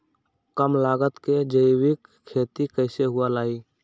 कम लागत में जैविक खेती कैसे हुआ लाई?